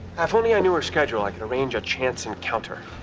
if only i knew her schedule, i could arrange a chance encounter.